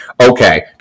Okay